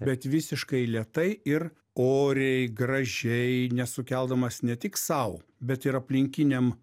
bet visiškai lėtai ir oriai gražiai nesukeldamas ne tik sau bet ir aplinkiniam